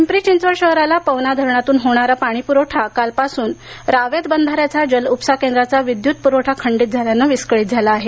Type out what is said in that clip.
पिंपरी चिंचवड शहराला पवना धरणातून होणारा पाणीपुरवठा कालपासून रावेत बंधाऱ्याचा जलउपसा केंद्राचा विद्यत प्रवठा खंडीत झाल्यानं विस्कळीत झाला आहे